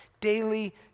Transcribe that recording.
daily